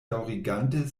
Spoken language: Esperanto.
daŭrigante